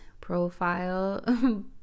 profile